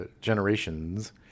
Generations